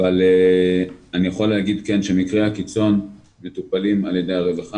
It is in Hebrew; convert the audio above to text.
אבל אני יכול להגיד כן שמקרי הקיצון מטופלים על ידי הרווחה,